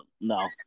no